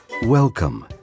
Welcome